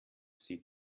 sie